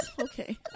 Okay